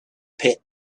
pit